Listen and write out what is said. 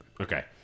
Okay